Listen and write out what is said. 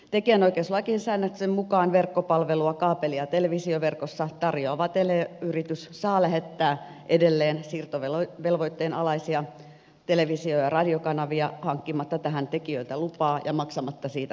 tekijänoikeuslain säännöksen mukaan verkkopalvelua kaapelitelevisioverkossa tarjoava teleyritys saa lähettää edelleen siirtovelvoitteen alaisia televisio ja radiokanavia hankkimatta tähän tekijöiltä lupaa ja maksamatta siitä korvauksia